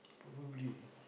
probably